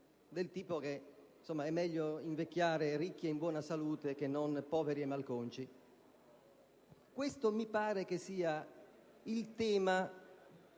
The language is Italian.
tipo: «è meglio invecchiare ricchi e in buona salute che non poveri e malconci». Questo mi pare il tema